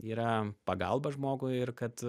yra pagalba žmogui ir kad